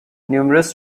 numerous